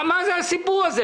מה הסיפור הזה?